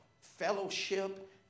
fellowship